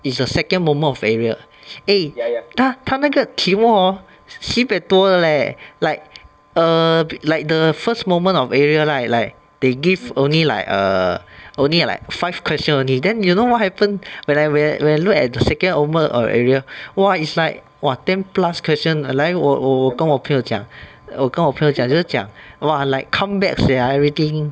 is the second moment of area eh 它它那个题目 hor sibeh 多的 leh like err like the first moment of area right like they give only like err only like like five question only then you know what happened when I when I when I look at the second moment of area !wah! it's like !wah! ten plus question 来我我我跟我朋友讲我跟我朋友讲就讲 like come back sia everything